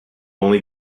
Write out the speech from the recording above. only